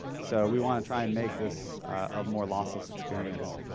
so we want to try and make this a more lossless experience.